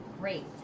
Great